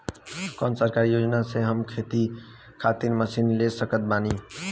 कौन सरकारी योजना से हम खेती खातिर मशीन ले सकत बानी?